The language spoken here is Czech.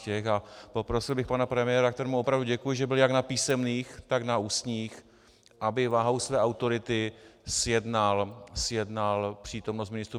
A poprosil bych pana premiéra, kterému opravdu děkuji, že byl jak na písemných, tak na ústních, aby váhou své autority zjednal přítomnost ministrů.